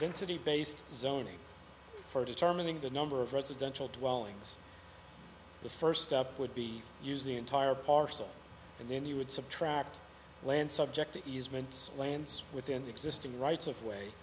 density based zoning for determining the number of residential dwellings the first step would be use the entire parcel and then you would subtract land subject to easement lands within the existing rights of way